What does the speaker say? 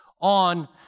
on